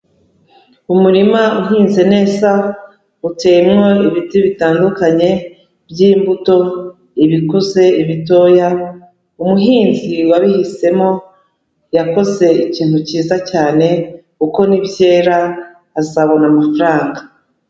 Umurima uhinze neza uteyemo ibiti bitandukanye by'imbuto, ibikuze, ibitoya, umuhinzi wabihisemo yakoze ikintu kiza cyane kuko ni byera azabona amafaranga.